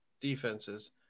defenses